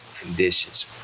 conditions